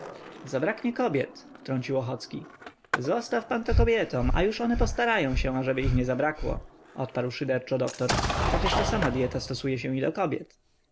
zabraknie kobiet wtrącił ochocki zostaw pan to kobietom a już one postarają się ażeby ich nie zabrakło odparł szyderczo doktor przecież ta sama dyeta stosuje się i do kobiet